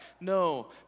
no